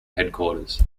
headquarters